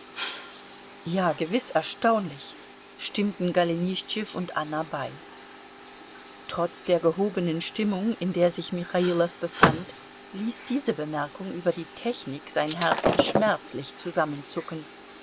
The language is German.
ja gewiß erstaunlich stimmten golenischtschew und anna bei trotz der gehobenen stimmung in der sich michailow befand ließ diese bemerkung über die technik sein herz schmerzlich zusammenzucken